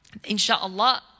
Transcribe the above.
inshaAllah